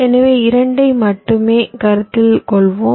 எனவே 2 ஐ மட்டுமே கருத்தில் கொள்வோம்